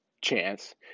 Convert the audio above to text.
chance